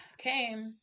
Okay